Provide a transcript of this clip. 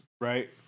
Right